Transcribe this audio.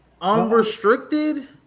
Unrestricted